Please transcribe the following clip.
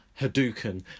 Hadouken